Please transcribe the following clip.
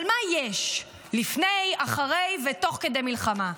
אבל מה יש לפני, אחרי ותוך כדי מלחמה?